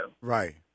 Right